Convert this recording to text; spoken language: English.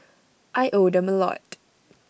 I owe them A lot